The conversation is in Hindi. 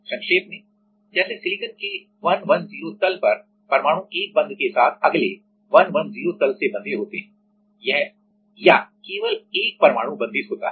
संक्षेप में जैसे सिलिकॉन के 110 तल पर परमाणु 1 बंध के साथ अगले 110 तल से बंधे होते हैं या केवल 1 परमाणु बंधित होता है